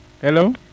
Hello